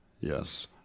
yes